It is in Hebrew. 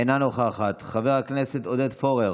אינה נוכחת, חבר הכנסת עודד פורר,